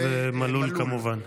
ומלול כמובן.